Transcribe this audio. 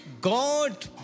God